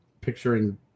picturing